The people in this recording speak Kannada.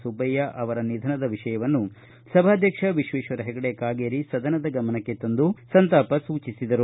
ಸುಬ್ಲಯ್ಯ ಅವರ ನಿಧನದ ವಿಷಯವನ್ನು ಸಭಾಧ್ಯಕ್ಷ ವಿಶ್ವೇಶ್ವರ ಹೆಗಡೆ ಕಾಗೇರಿ ಸದನದ ಗಮನಕ್ಕೆ ತಂದು ಸಂತಾಪ ಸೂಚಿಸಿದರು